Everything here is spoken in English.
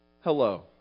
Hello